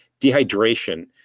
dehydration